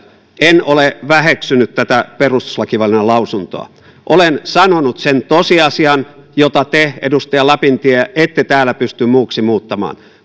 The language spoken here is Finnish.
en ole väheksynyt tätä perustuslakivaliokunnan lausuntoa olen sanonut sen tosiasian jota te edustaja lapintie ette täällä pysty muuksi muuttamaan